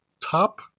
top